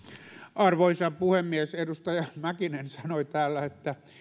arvoisa puhemies edustaja mäkinen sanoi täällä että